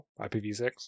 IPv6